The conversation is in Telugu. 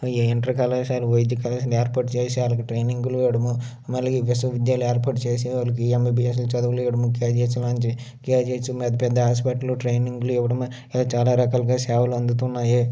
ఇంటర్ కళాశాలు వైద్య కళాశాల ఏర్పాటు చేసి వాళ్ళకి టైనింగ్లు ఇవ్వడము మళ్ళీ విశ్వవిద్యాలయాలు ఏర్పాటు చేసి ఎంఐబిఎస్లు చదువులు ఇవ్వడము కే జస్వంతి కే జస్వంతి చదువులు ఇవ్వడము పెద్ద హాస్పిటల్ ట్రైనింగులు ఇవ్వడం ఇలా చాలా రకాలుగా సేవలు అందుతున్నాయి